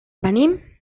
venim